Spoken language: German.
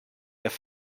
utf